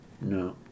No